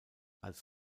als